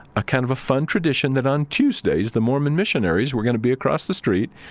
a kind of a fun tradition that on tuesdays, the mormon missionaries were going to be across the street,